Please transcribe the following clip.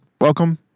Welcome